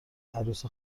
عروس